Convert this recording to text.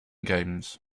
games